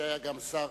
שהיה גם שר